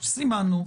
סימנו,